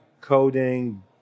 coding